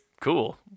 cool